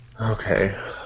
Okay